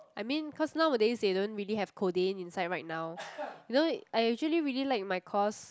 I mean cause nowadays they don't really have codeine inside right now you know I actually really like my course